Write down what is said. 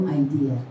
idea